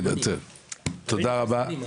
תודה רבה.